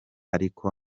ariko